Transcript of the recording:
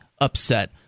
upset